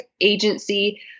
agency